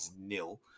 nil